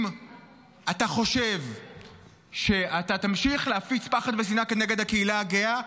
אם אתה חושב שאתה תמשיך להפיץ פחד ושנאה כנגד הקהילה הגאה,